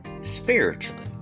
spiritually